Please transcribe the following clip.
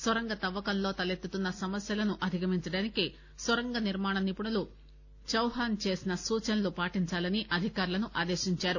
నొరంగ తవ్వకంలో తలెత్తుతున్న సమస్యలను అధిగమించేందుకు సొరంగ నిర్మాణ నిపుణులు చౌహాస్ చేసిన సూచనలను పాటించాలని అధికారులను ఆదేశించారు